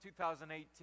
2018